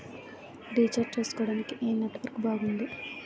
Recharge చేసుకోవటానికి ఏం network బాగుంది?